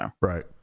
Right